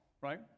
right